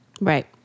Right